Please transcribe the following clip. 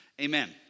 Amen